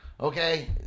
Okay